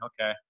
okay